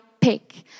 pick